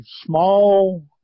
small